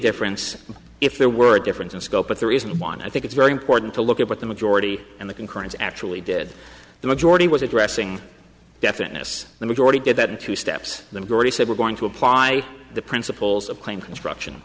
difference if there were a difference in scope but there isn't one i think it's very important to look at what the majority in the concurrence actually did the majority was addressing definiteness the majority did that in two steps the majority said we're going to apply the principles of claim construction